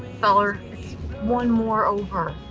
feller. it's one more over.